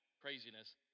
craziness